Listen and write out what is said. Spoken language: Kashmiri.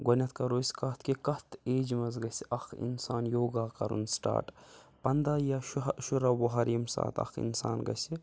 گۄڈنٮ۪تھ کَرو أسۍ کَتھ کہِ کَتھ ایجہِ منٛز گژھِ اَکھ اِنسان یوگا کَرُن سِٹاٹ پَنٛداہ یا شُہ شُراہ وُہر ییٚمہِ ساتہٕ اَکھ اِنسان گژھِ